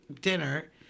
dinner